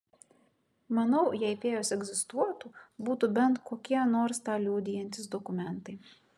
manau jei fėjos egzistuotų būtų bent kokie nors tą liudijantys dokumentai